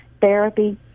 therapy